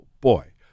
boy